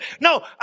No